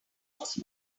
most